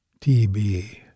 TB